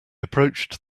approached